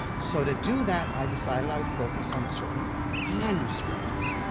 so to do that, i decided i would focus on certain manuscripts.